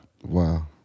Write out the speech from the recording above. Wow